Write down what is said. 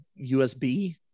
USB